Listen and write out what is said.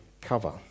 cover